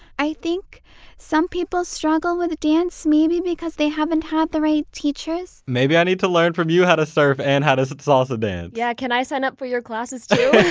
i think some people struggle with dance, maybe because they haven't had the right teachers. maybe i need to learn from you how to surf and how to salsa dance yeah. can i sign up for your classes too?